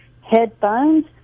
headphones